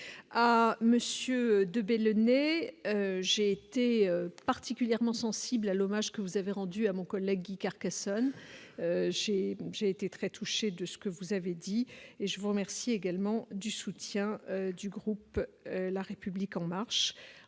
à monsieur Debré, le nez, j'ai été particulièrement sensible à l'hommage que vous avez rendu à mon collègue Guy Carcassonne j'ai j'ai été très touchée de ce que vous avez dit, et je vous remercie également du soutien du groupe, la République en marche